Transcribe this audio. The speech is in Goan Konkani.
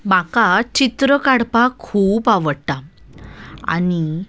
म्हाका चित्र काडपाक खूब आवडटा आनी